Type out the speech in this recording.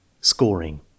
Scoring